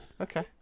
Okay